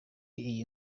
iyi